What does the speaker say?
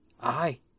Aye